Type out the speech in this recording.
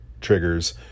triggers